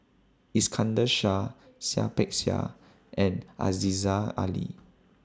Iskandar Shah Seah Peck Seah and Aziza Ali